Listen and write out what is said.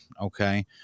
okay